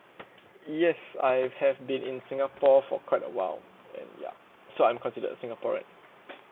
yes I have been in singapore for quite a while ya so I'm considered a singaporean